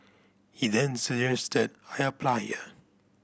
he then suggested I apply here